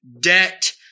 Debt